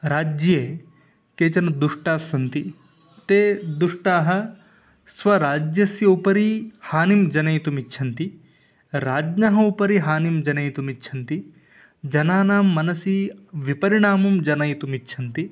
राज्ये केचन दुष्टास्सन्ति ते दुष्टाः स्वराज्यस्य उपरि हानिं जनयितुमिच्छन्ति राज्ञः उपरि हानिं जनयितुमिच्छन्ति जनानां मनसि विपरिणामं जनयितुमिच्छन्ति